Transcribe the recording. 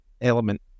element